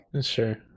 Sure